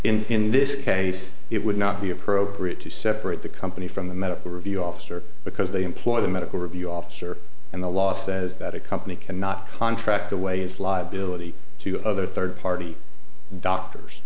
in in this case it would not be appropriate to separate the company from the medical review officer because they employ the medical review officer and the law says that a company cannot contract away its liability to other third party doctors